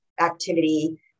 activity